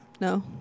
No